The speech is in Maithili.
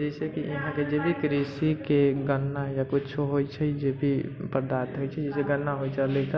जैसेकि यहाँ के जे भी कृषि के गन्ना या किछो होइ छै जे भी पदार्थ होइ छै जैसे गन्ना होइत रहले